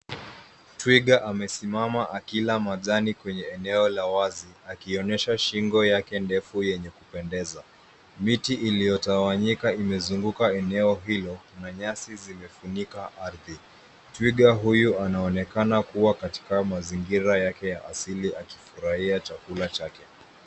Twiga amesimama akila majani kwenye eneo la wazi, akionyesha shingo yake ndefu yenye kupendeza. Miti iliyotawanyika imezunguka eneo hilo, na nyasi zimefunika ardhi. Twiga huyu anaonekana kua katika mazingira yake ya asili, akifurahia chakula chake.